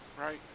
Right